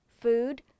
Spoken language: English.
food